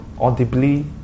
audibly